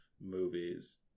movies